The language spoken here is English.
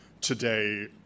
today